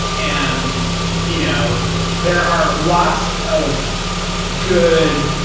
and you know there are lots of good